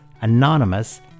Anonymous